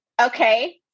Okay